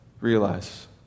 realize